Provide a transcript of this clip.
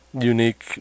unique